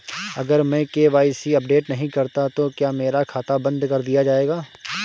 अगर मैं KYC update नहीं करता तो क्या मेरा खाता बंद कर दिया जाएगा?